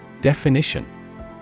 Definition